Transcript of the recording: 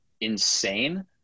insane